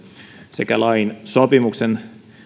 sekä lain sopimuksen